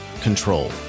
control